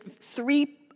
three